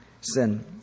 sin